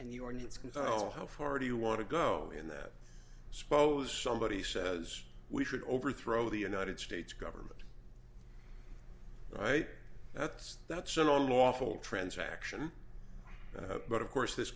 tell how far do you want to go in that suppose somebody says we should overthrow the united states government right that's that's an all lawful transaction but of course this